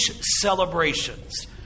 celebrations